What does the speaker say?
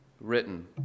written